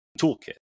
toolkit